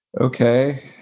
okay